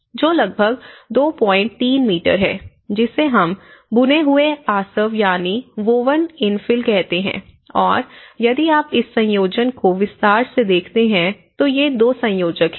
जो लगभग 23 मीटर है जिसे हम बुने हुए आसव यानी वोवन इनफिल कहते हैं और यदि आप इस संयोजन को विस्तार से देखते हैं तो ये 2 संयोजक हैं